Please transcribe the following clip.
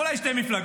אולי של שתי מפלגות.